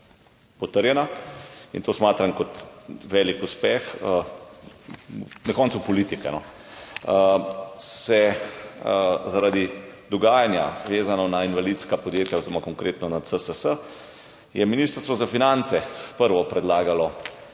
potrjena in to smatram kot velik uspeh, na koncu politike, se zaradi dogajanja, vezanega na invalidska podjetja oziroma konkretno na CSS, je Ministrstvo za finance prvo predlagalo